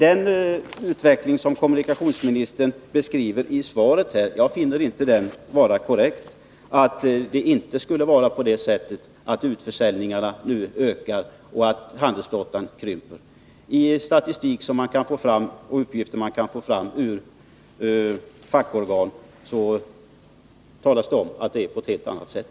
Den utveckling som kommunikationsministern beskriver i svaret — att det inte skulle vara på det sättet att utförsäljningarna nu ökar och att handelsflottan krymper — finner jag inte vara korrekt. I statistik och i uppgifter ur fackorgan som man kan få fram talas det om att det är på ett helt annat sätt.